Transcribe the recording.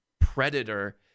predator